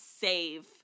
save